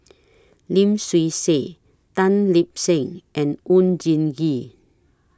Lim Swee Say Tan Lip Seng and Oon Jin Gee